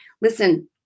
Listen